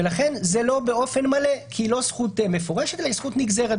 ולכן זה לא באופן מלא כי היא לא זכות מפורשת אלא היא זכות נגזרת.